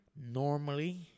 normally